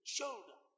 Shoulder